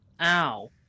Ow